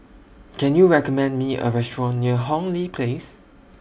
Can YOU recommend Me A Restaurant near Hong Lee Place